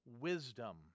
wisdom